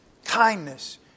Kindness